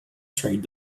straight